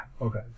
Okay